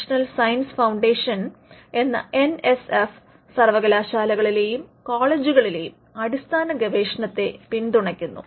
national science foundation എന്ന NSF സർവകലാശാലകളിലെയും കോളേജുകെളിലെയും അടിസ്ഥാന ഗവേഷണത്തെ പിന്തുണയ്ക്കുന്നു